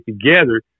together